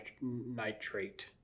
nitrate